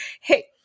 hey